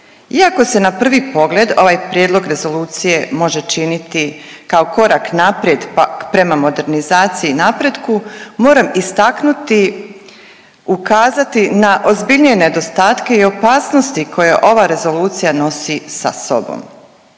Iako se na prvi pogled ovaj prijedlog rezolucije može činiti kao korak naprijed prema modernizaciji i napretku, moram istaknuti, ukazati na ozbiljnije nedostatke i opasnosti koje ova rezolucija nosi sa sobom.